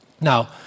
Now